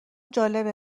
جالبه